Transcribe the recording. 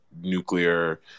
nuclear